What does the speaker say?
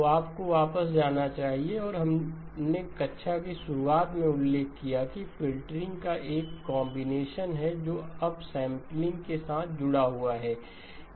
तो आपको वापस जाना चाहिए और हमने कक्षा की शुरुआत में उल्लेख किया कि फ़िल्टरिंग का एक कॉन्बिनेशन है जोअप सैंपलिंग के साथ जुड़ा हुआ है